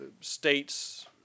states